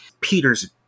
Peter's